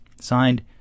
Signed